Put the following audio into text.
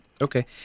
okay